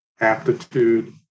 aptitude